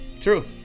True